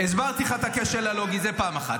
הסברתי לך את הכשל הלוגי, זה פעם אחת.